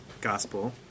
gospel